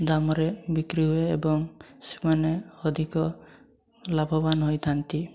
ଦାମରେ ବିକ୍ରି ହୁଏ ଏବଂ ସେମାନେ ଅଧିକ ଲାଭବାନ ହୋଇଥାନ୍ତି